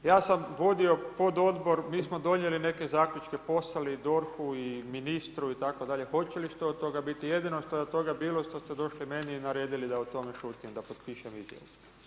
Ja sam vodi pododbor, mi smo donijeli neke zaključke, poslali DORH-u i ministru itd., hoće li što od toga biti, jedino što je od toga bilo, što te došli meni i naredili da o tome šutim, da potpišem izjavu.